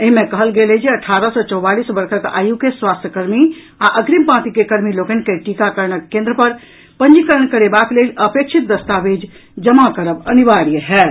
एहि मे कहल गेल अछि जे अठारह सॅ चौवालीस वर्षक आयु के स्वास्थ्य कर्मी आ अग्रिम पांति के कर्मी लोकनि के टीकाकरण केंद्र पर पंजीकरण करेवाक लेल अपेक्षित दस्तावेज जमा करब अनिवार्य होयत